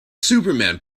superman